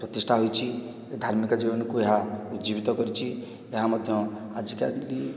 ପ୍ରତିଷ୍ଠା ହୋଇଛି ଧାର୍ମିକ ଜୀବନକୁ ଏହା ଉଜ୍ଜୀବିତ କରିଛି ଏହା ମଧ୍ୟ ଆଜିକାଲି